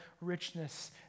richness